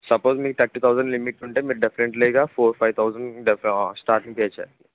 suppose మీకు thirty thousand limit ఉంటే మీరు డెఫినెట్లీగా four five thousand starting pay చెయ్యాలి